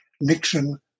Nixon